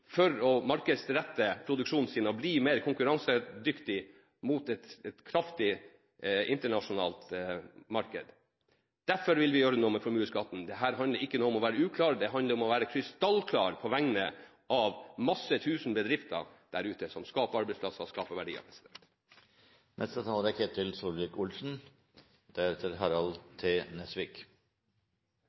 for å markedsrette produksjonen sin og bli mer konkurransedyktig mot et kraftig internasjonalt marked. Derfor vil vi gjøre noe med formuesskatten. Dette handler ikke om å være uklar, det handler om å være krystallklar på vegne av mange tusen bedrifter der ute som skaper arbeidsplasser og verdier. Det er